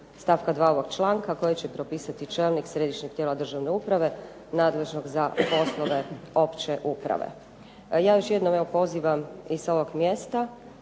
stavka 2. ovog članka koje će propisati čelnik središnjeg tijela državne uprave nadležnog za poslove opće uprave. Ja još jednom evo pozivam i s ovog mjesta